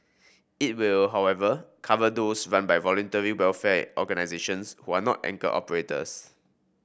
it will however cover those run by Voluntary Welfare Organisations who are not anchor operators